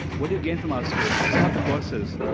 what do gain from our schools? it's not the courses.